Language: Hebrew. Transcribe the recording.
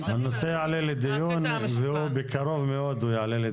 יעלה לדיון, בקרוב מאוד.